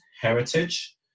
heritage